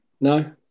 No